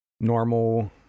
normal